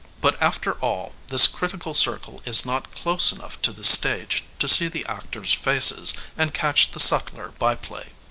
but, after all, this critical circle is not close enough to the stage to see the actors' faces and catch the subtler byplay.